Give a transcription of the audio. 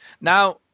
Now